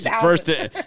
First